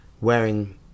wearing